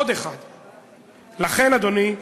לכן, אדוני,